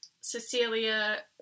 Cecilia